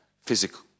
physical